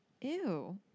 Ew